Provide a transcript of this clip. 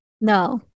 No